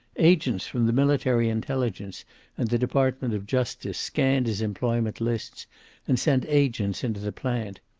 agents from the military intelligence and the department of justice scanned his employment lists and sent agents into the plant.